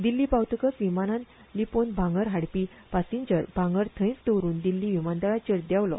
दिल्ली पावतकच विमानांन लिपोवन भांगर हाडपी पासिंजर भांगर थंयच दवरून दिल्ली विमानतळाचेर देवलो